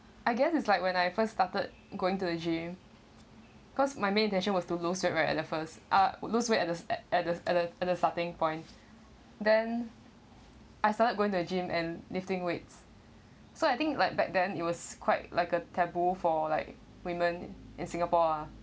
I guess it's like when I first started going to the gym cause my main intention was to lose weight right at the first uh would lose weight at the at the at the at the starting point then I started going to the gym and lifting weights so I think like back then it was quite like a taboo for like women in singapore ah